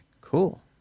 Cool